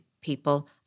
people